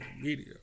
Media